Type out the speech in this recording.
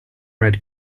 red